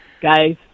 Guys